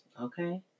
Okay